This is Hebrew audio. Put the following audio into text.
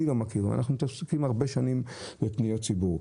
אני מתעסק כבר שנים רבות בפניות ציבור.